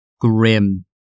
grim